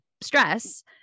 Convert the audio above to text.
stress